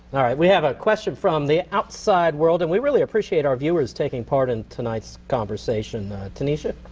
all right, we have a question from the outside world and we really appreciate our viewers taking part in tonight's conversation. tanisha.